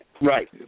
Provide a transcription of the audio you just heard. Right